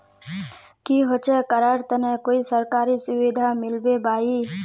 की होचे करार तने कोई सरकारी सुविधा मिलबे बाई?